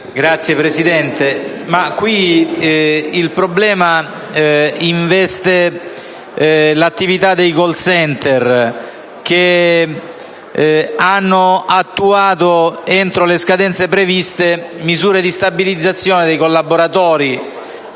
l’emendamento 11.218, il problema investe l’attivitadei call center che hanno attuato, entro le scadenze previste, misure di stabilizzazione dei collaboratori